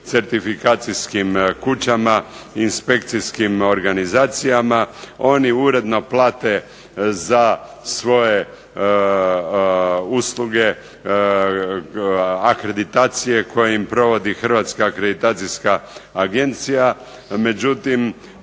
certifikacijskim kućama, inspekcijskim organizacijama, oni uredno plate za svoje usluge akreditacije koje im provodi Hrvatska akreditacijska agencija,